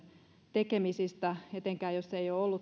tekemisistä etenkään jos ei ole ollut täällä